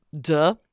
duh